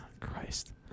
Christ